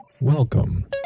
Welcome